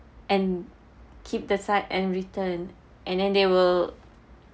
and keep the site and return and then they will